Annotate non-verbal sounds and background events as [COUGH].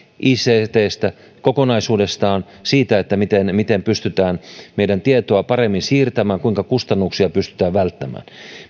ictstä kokonaisuudessaan siitä miten pystytään [UNINTELLIGIBLE] meidän tietoa paremmin siirtämään ja kuinka kustannuksia pystytään välttämään